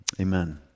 Amen